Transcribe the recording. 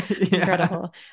Incredible